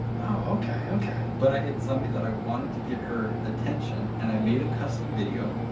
okay, okay. but i it's somebody that i wanted to get her attention and i made a custom video.